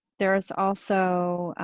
there's also,